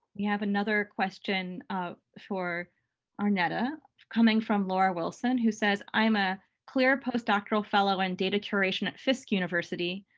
we have another question for arnetta coming from laura wilson who says, i'm a clir postdoctoral fellow in data curation at fisk university,